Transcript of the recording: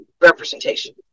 representation